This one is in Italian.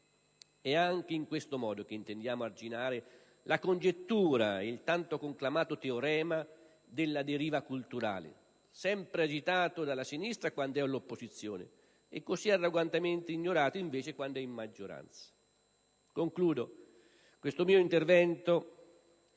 È anche in questo modo che intendiamo arginare la congettura e il tanto conclamato teorema della deriva culturale, sempre agitato dalla sinistra quando è all'opposizione e così arrogantemente ignorato invece quando è maggioranza. Concludo questo mio intervento